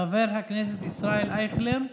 חבר הכנסת ישראל אייכלר,